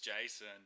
jason